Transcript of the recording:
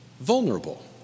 vulnerable